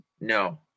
No